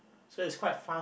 so it's quite fun